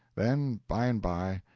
then, by and by,